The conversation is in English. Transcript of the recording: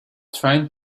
trying